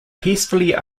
peacefully